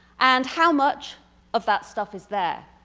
and how much of that stuff is there?